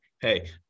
Hey